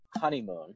honeymoon